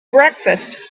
breakfast